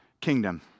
kingdom